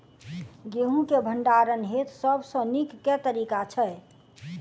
गेंहूँ केँ भण्डारण हेतु सबसँ नीक केँ तरीका छै?